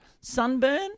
sunburn